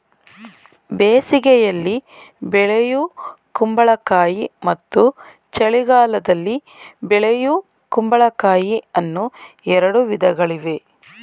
ಬೇಸಿಗೆಯಲ್ಲಿ ಬೆಳೆಯೂ ಕುಂಬಳಕಾಯಿ ಮತ್ತು ಚಳಿಗಾಲದಲ್ಲಿ ಬೆಳೆಯೂ ಕುಂಬಳಕಾಯಿ ಅನ್ನೂ ಎರಡು ವಿಧಗಳಿವೆ